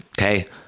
okay